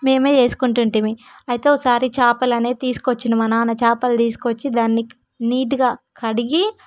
మేమే చేసుకొనేవాళ్ళం అయితే ఒకసారి చేపలనేవి తీసుకొచ్చాడు మా నాన్న చేపలు తీసుకొచ్చి దాన్ని నీటుగా కడిగి